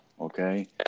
Okay